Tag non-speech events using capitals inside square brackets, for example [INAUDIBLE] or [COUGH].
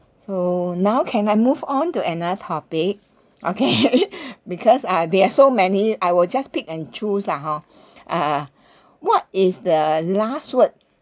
so now can I move on to another topic okay [LAUGHS] because uh they have so many I will just pick and choose lah hor [BREATH] uh what is the last word that you will